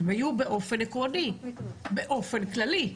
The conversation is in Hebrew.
הן היו באופן עקרוני, באופן כללי.